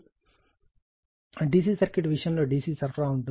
D C circuit విషయంలో D C సరఫరా ఉంటుంది